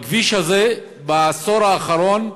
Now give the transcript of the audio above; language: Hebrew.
בכביש הזה, בעשור האחרון,